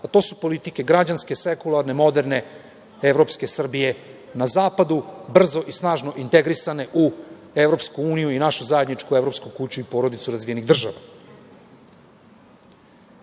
a to su politike građanske, sekularne, moderne evropske Srbije, na zapadu brzo i snažno integrisane u EU i našu zajedničku evropsku kuću i porodicu razvijenih država.S